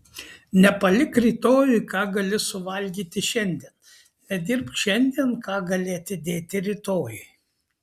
nepalik rytojui ką gali suvalgyti šiandien nedirbk šiandien ką gali atidėti rytojui